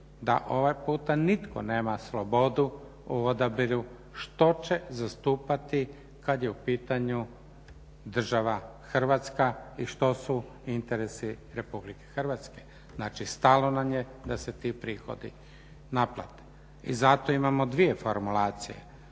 da ovaj puta nitko nema slobodu u odabiru što će zastupati kad je u pitanju država Hrvatska i što su interesi RH. Znači, stalo nam je da se ti prihodi naplate. I zato imamo dvije formulacije,